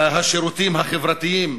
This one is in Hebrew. השירותים החברתיים